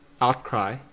outcry